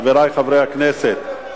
חברי חברי הכנסת,